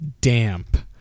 damp